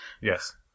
Yes